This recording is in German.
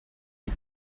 die